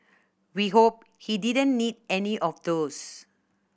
we hope he didn't need any of those